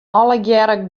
allegearre